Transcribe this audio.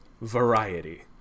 Variety